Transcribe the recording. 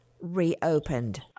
reopened